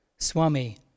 Swami